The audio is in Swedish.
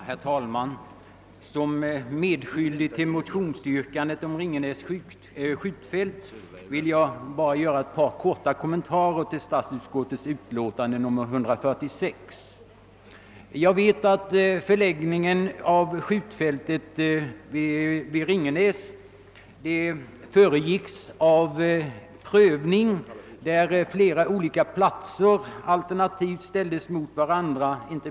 Herr talman! Som medskyldig till motionsyrkandet om Ringenäs skjutfält vill jag göra ett par kommentarer till utlåtandet. Jag vet att förläggningen av skjutfältet vid Ringenäs föregicks av prövning där flera olika platser på hallandskusten alternativt ställdes mot varandra.